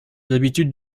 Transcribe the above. habitudes